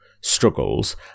struggles